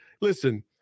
Listen